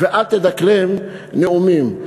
ואל תדקלם נאומים.